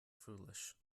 foolish